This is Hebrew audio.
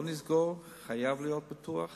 לא נסגור, חייב להיות פתוח,